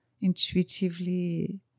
intuitively